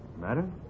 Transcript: Matter